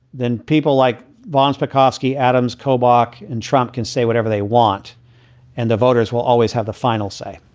then people like von spakovsky, adams, kobuk and trump can say whatever they want and the voters will always have the final say